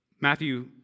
Matthew